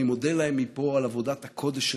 אני מודה להם מפה על עבודת הקודש שלהם,